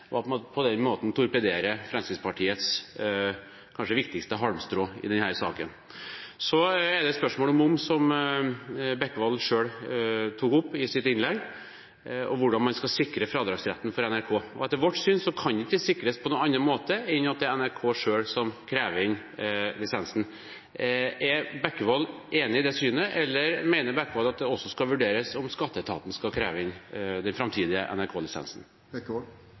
og at man på den måten torpederer Fremskrittspartiets kanskje viktigste halmstrå i denne saken. Når det gjelder spørsmålet om moms som Bekkevold selv tok opp i sitt innlegg, og hvordan man skal sikre fradragsretten for NRK, kan det etter vårt syn ikke sikres på noen annen måte enn at NRK selv krever inn lisensen. Er Bekkevold enig i det synet, eller mener Bekkevold at det også skal vurderes om skatteetaten skal kreve inn den framtidige